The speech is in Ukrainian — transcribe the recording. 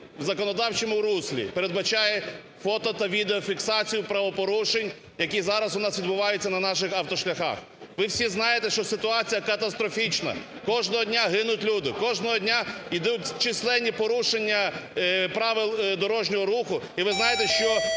в законодавчому руслі передбачає фото- та відеофіксацію правопорушень, які зараз у нас відбуваються на наших автошляхах. Ви всі знаєте, що ситуація катастрофічна: кожного дня гинуть люди, кожного дня ідуть численні порушення правил дорожнього руху. І ви знаєте, що